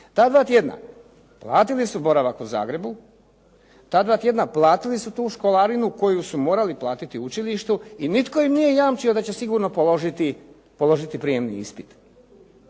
Ta dva tjedna platili su boravak u Zagrebu, ta dva tjedna platili su tu školarinu koju su morali platiti učilištu i nitko im nije jamčio da će sigurno položiti prijemni ispit.